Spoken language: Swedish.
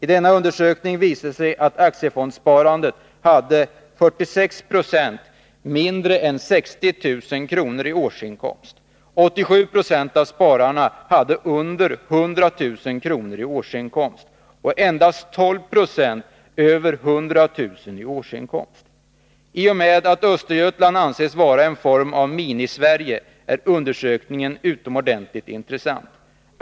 I denna undersökning visade det sig att av aktiefondsspararna hade 46 90 mindre än 60 000 kr. i årsinkomst, 87 20 av spararna hade under 100 000 kr. i inkomst och endast Nr 176 12 90 hade över 100 000 kr. i årsinkomst. Eftersom Östergötland anses vara en form av Minisverige är undersökningen utomordentligt intressant.